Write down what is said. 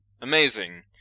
Amazing